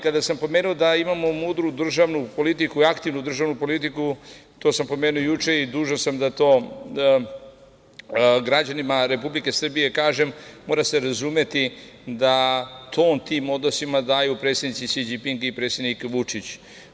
Kada sam pomenuo da imamo mudru državnu politiku i aktivnu državnu politiku, to sam pomenuo juče i dužan sam da to građanima Republike Srbije kažem, mora se razumeti da ton tim odnosima daju predsednici Si Đinping i predsednik Vučić.